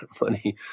money